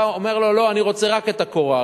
אתה אומר לו: לא, אני רוצה רק את הקורה.